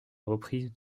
reprises